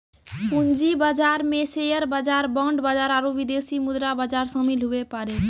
पूंजी बाजार मे शेयर बाजार बांड बाजार आरू विदेशी मुद्रा बाजार शामिल हुवै पारै